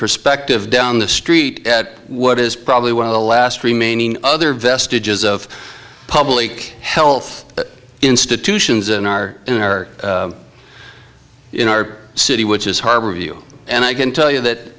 perspective down the street at what is probably one of the last remaining other vestiges of public health institutions in our inner in our city which is harbor view and i can tell you that